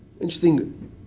interesting